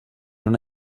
una